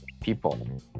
people